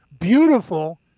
beautiful